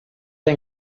ein